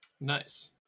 Nice